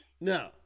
No